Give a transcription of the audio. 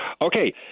Okay